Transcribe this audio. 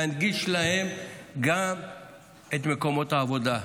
להנגיש להם גם את מקומות העבודה,